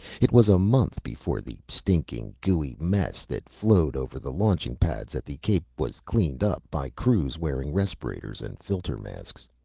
it was a month before the stinking, gooey mess that flowed over the launching pads at the cape was cleaned up by crews wearing respirators and filter masks.